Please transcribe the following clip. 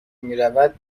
میرود